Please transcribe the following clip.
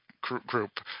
group